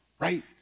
right